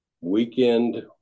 Weekend